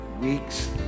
weeks